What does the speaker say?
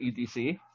edc